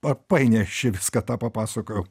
a painiai aš čia viską tau papasakojau